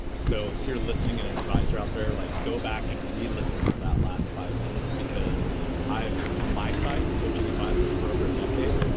so if you're listening and an advisor out there like go back and re-listen to that last five minutes because on ah my side, coaching advisors for over a decade,